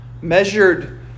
Measured